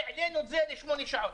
והעלינו את זה ל-8 שעות.